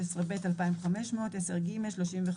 א' העבירה טור ב' סכום בשקלים טור ג' סכום בשקלים "(10ב)